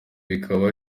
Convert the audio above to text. bikaba